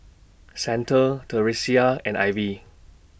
Xander Theresia and Ivy